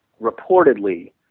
reportedly